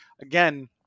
again